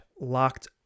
locked